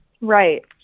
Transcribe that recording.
Right